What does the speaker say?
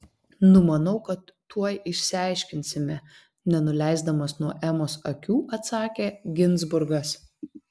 numanau kad tuoj išsiaiškinsime nenuleisdamas nuo emos akių atsakė ginzburgas